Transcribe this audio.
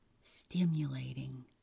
stimulating